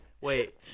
Wait